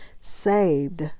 saved